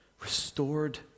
Restored